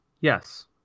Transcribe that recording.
Yes